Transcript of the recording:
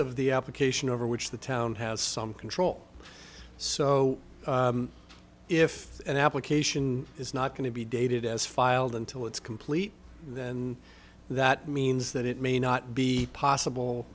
of the application over which the town has some control so if an application is not going to be dated as filed until it's complete then that means that it may not be possible